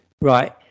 right